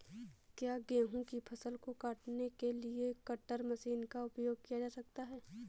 क्या गेहूँ की फसल को काटने के लिए कटर मशीन का उपयोग किया जा सकता है?